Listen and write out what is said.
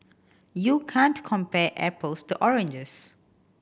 you can't compare apples to oranges